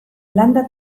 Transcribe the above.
landa